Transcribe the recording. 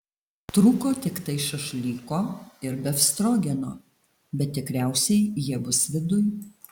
trūko tiktai šašlyko ir befstrogeno bet tikriausiai jie bus viduj